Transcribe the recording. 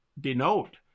denote